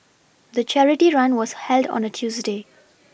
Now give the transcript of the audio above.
the charity run was held on a Tuesday